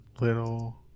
Little